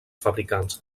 fabricants